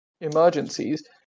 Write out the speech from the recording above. emergencies